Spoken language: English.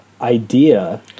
idea